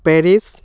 Paris